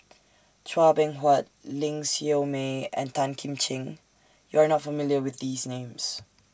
Chua Beng Huat Ling Siew May and Tan Kim Ching YOU Are not familiar with These Names